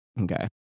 Okay